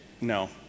No